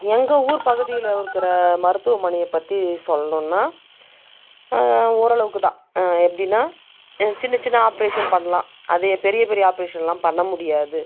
எங்கள் ஊர் பகுதியில் இருக்கிற மருத்துவமனையை பற்றி சொல்லணும்ன்னால் ஓரளவுக்குதான் எப்படின்னா சின்ன சின்ன ஆப்ரேஷன் பண்ணலாம் அதே பெரிய பெரிய ஆப்ரேஷனெலாம் பண்ண முடியாது